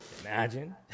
imagine